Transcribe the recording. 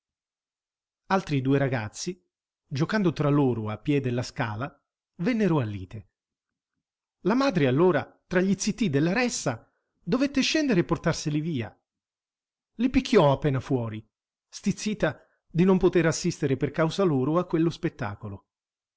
altri due ragazzi giocando tra loro a piè della scala vennero a lite la madre allora tra gli zittii della ressa dovette scendere e portarseli via i picchiò appena fuori stizzita di non poter assistere per causa loro a quello spettacolo